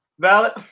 valid